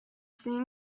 see